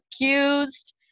accused